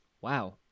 wow